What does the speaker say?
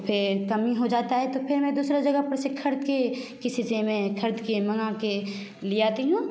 तो फिर कमी हो जाती है तो फिर मैं दूसरे जगह पर से ख़रीद के किसी से मैं ख़रीद को मंगा कर ली आती हूँ